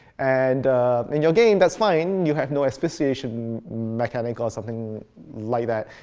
and in your game, that's fine. you have no asphyxiation mechanic or something like that.